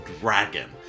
dragon